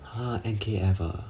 !huh! N_K_F ah